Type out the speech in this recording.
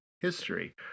history